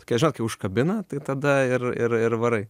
tokia žinot kai užkabina tai tada ir ir ir varai